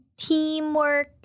teamwork